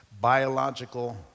biological